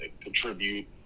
contribute